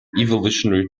evolutionary